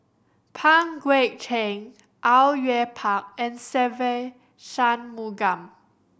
Pang Guek Cheng Au Yue Pak and Se Ve Shanmugam